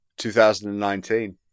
2019